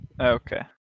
Okay